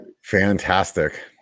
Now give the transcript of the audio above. fantastic